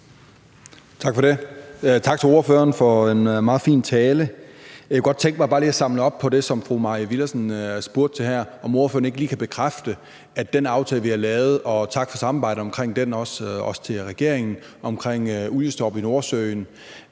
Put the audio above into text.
Tak for det, og tak til ordføreren for en meget fin tale. Jeg kunne godt tænke mig bare at samle op på det, som fru Mai Villadsen spurgte til her, altså om ordføreren ikke lige kan bekræfte, at den aftale, vi har lavet – og tak for samarbejdet omkring den, også til regeringen, altså omkring oliestop i Nordsøen